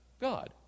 God